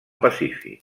pacífic